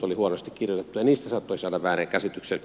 niistä saattoi saada väärän käsityksen